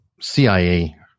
CIA